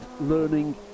learning